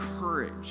courage